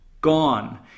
gone